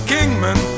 Kingman